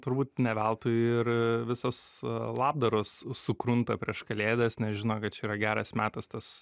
turbūt ne veltui ir visos labdaros sukrunta prieš kalėdas nes žino kad čia yra geras metas tas